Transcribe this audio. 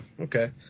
Okay